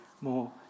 more